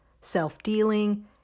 self-dealing